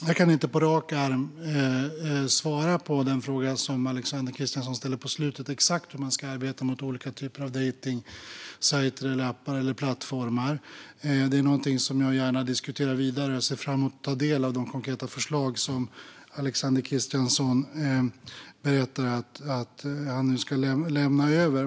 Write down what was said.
Jag kan inte på rak arm svara på den fråga som Alexander Christiansson ställde på slutet, exakt hur man ska arbeta mot olika typer av dejtningssajter, appar eller plattformar. Det är något som jag gärna diskuterar vidare. Jag ser fram emot att ta del av de konkreta förslag som Alexander Christiansson berättar att han nu ska lämna över.